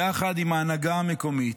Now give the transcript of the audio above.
יחד עם ההנהגה המקומית,